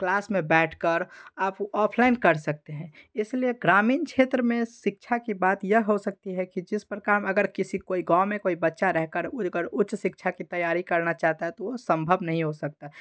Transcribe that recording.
class में बैठकर आप ऑफ़लाइन कर सकते हैं इसलिए ग्रामीण क्षेत्र में शिक्षा की बात यह हो सकती है कि जिस प्रकार अगर किसी कोई गाँव में कोई बच्चा रहकर उधर उच्च शिक्षा की तैयारी करना चाहता है तो वो संभव नहीं हो सकता